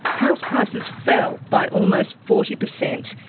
house prices fell by almost forty percent,